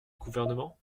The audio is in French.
gouvernement